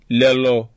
lelo